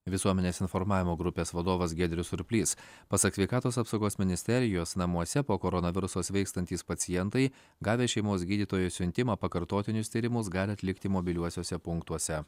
visuomenės informavimo grupės vadovas giedrius surplys pasak sveikatos apsaugos ministerijos namuose po koronaviruso sveikstantys pacientai gavę šeimos gydytojo siuntimą pakartotinius tyrimus gali atlikti mobiliuosiuose punktuose